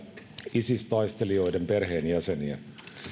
isis taistelijoiden perheenjäseniä